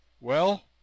Well